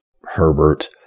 Herbert